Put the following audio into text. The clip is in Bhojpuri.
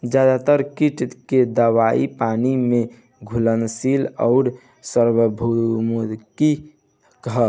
ज्यादातर कीट के दवाई पानी में घुलनशील आउर सार्वभौमिक ह?